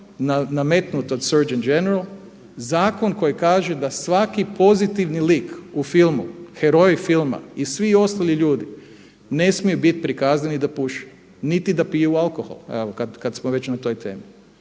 nametnut od Search and general zakon koji kaže da svaki pozitivni lik u filmu, heroji filma i svi ostali ljudi ne smiju bit prikazani da puše niti da piju alkohol evo kad smo već na toj temi.